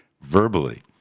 verbally